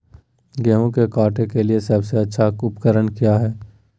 गेहूं के काटे के लिए सबसे अच्छा उकरन की है?